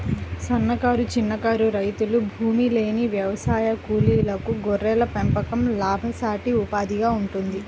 సన్నకారు, చిన్నకారు రైతులు, భూమిలేని వ్యవసాయ కూలీలకు గొర్రెల పెంపకం లాభసాటి ఉపాధిగా ఉంటుంది